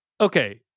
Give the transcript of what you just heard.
okay